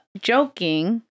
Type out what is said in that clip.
joking